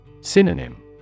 Synonym